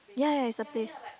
ya ya ya it's a place